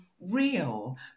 real